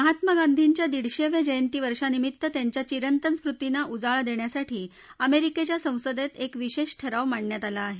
महात्मा गांधींच्या दिडशेव्या जयंतीवर्षानिमित्त त्यांच्या चिरंतन स्मृतींना उजाळा देण्यासाठी अमेरिकेच्या संसदेत एक विशेष ठराव मांडण्यात आला आहे